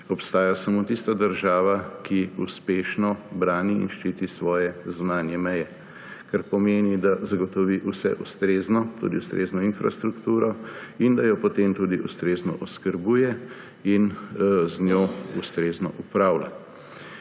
»Obstaja samo tista država, ki uspešno brani in ščiti svoje zunanje meje.« Kar pomeni, da zagotovi vse ustrezno, tudi ustrezno infrastrukturo, in da jo potem tudi ustrezno oskrbuje ter z njo ustrezno upravlja.